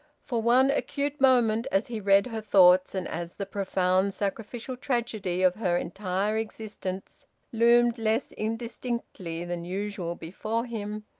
for one acute moment, as he read her thoughts and as the profound sacrificial tragedy of her entire existence loomed less indistinctly than usual before him,